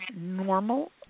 normal